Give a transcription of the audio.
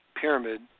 pyramid